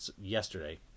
yesterday